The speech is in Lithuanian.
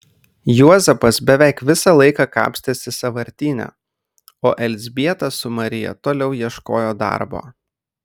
juozapas beveik visą laiką kapstėsi sąvartyne o elzbieta su marija toliau ieškojo darbo